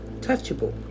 touchable